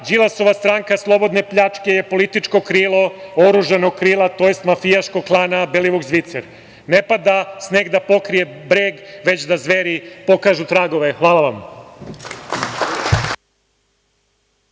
Đilasova stranka slobodne pljačke je političko krilo oružanog krila, tj. mafijaškog klana Belivuk – Zvicer. Ne pada sneg da pokrije breg, već da zveri pokažu tragove. Hvala vam.